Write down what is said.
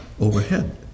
overhead